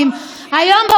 היום ברוך השם לא.